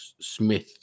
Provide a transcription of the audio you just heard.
Smith